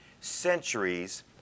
centuries